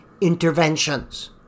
interventions